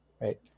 right